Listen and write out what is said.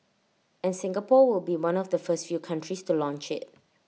and Singapore will be one of the first few countries to launch IT